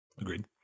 agreed